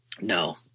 No